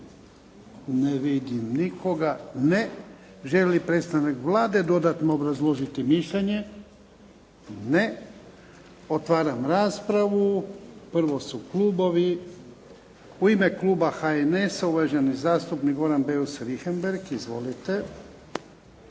Ne vidim nikoga. Ne. Želi li predstavnik Vlade dodatno obrazložiti mišljenje? Ne. Otvaram raspravu. Prvo su klubovi. U ime Kluba HNS-a uvaženi zastupnik Goran Beus Richembergh. Izvolite.